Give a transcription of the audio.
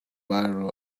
biro